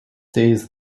days